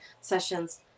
sessions